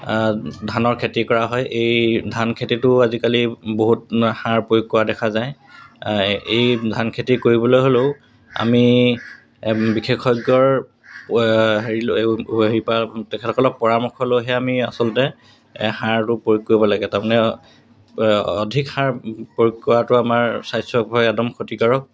ধানৰ খেতি কৰা হয় এই ধানখেতিটো আজিকালি বহুত সাৰ প্ৰয়োগ কৰা দেখা যায় এই ধানখেতি কৰিবলৈ হ'লেও আমি বিশেষজ্ঞৰ হেৰি লৈ হেৰিৰপৰা তেখেতসকলক পৰামৰ্শ লৈহে আমি আচলতে সাৰটো প্ৰয়োগ কৰিব লাগে তাৰমানে অধিক সাৰ প্ৰয়োগ কৰাটো আমাৰ স্বাস্থ্যৰ একদম ক্ষতিকাৰক